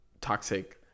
toxic